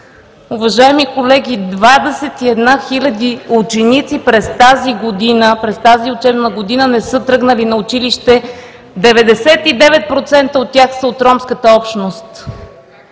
Уважаеми колеги, 21 000 ученици през тази учебна година не са тръгнали на училище. 99% от тях са от ромската общност.